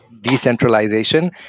decentralization